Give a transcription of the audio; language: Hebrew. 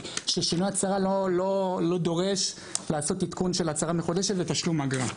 ששינוי הצהרה לא דורש לעשות עדכון של הצהרה מחודשת ותשלום אגרה,